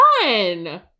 fun